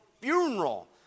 funeral